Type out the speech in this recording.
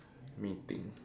mating